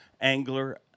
angler